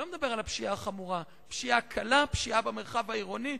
ואני לא מדבר על הפשיעה החמורה אלא על פשיעה במרחב העירוני,